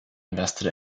invested